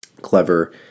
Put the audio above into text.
clever